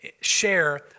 share